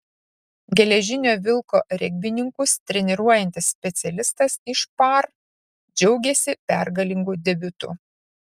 geležinio vilko regbininkus treniruojantis specialistas iš par džiaugiasi pergalingu debiutu